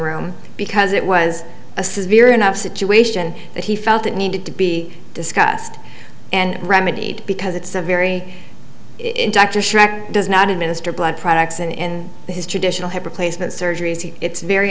room because it was a severe enough situation that he felt it needed to be discussed and remedied because it's a very it doctor does not administer blood products in his traditional hip replacement surgery it's very